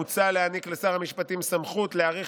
מוצע להעניק לשר המשפטים סמכות להאריך,